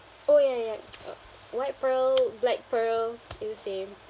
oh ya ya uh white pearl black pearl is same